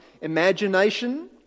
imagination